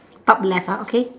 top left ah okay